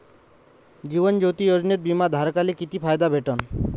जीवन ज्योती योजनेत बिमा धारकाले किती फायदा भेटन?